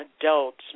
adults